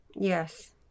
Yes